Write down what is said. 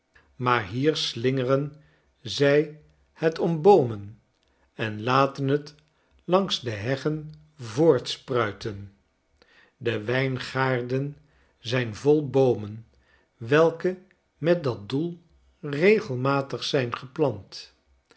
maar hier slingeren zij het om boomen en laten het langs de heggen voortspruiten de wijngaarden zijn vol boomen welke met dat doel regelmatig zijn geplant